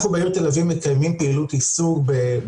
אנחנו בעיר תל אביב מקיימים פעילות יישוג בעיקר